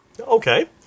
Okay